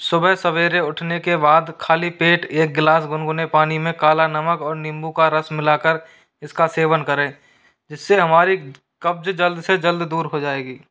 सुबह सवेरे उठने के बाद खाली पेट एक गिलास गुनगुने पानी में काला नमक और नींबू का रस मिलाकर इसका सेवन करें जिससे हमारी कब्ज जल्द से जल्द दूर हो जाएगी